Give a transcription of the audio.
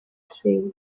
tri